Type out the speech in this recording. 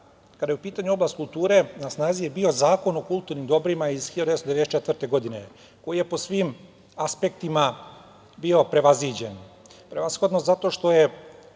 kada je u pitanju oblast kulture, na snazi je bio Zakon o kulturnim dobrima iz 1994. godine, koji je po svim aspektima bio prevaziđen, prevashodno zato što je